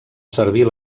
servir